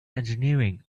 engineering